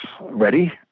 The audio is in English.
ready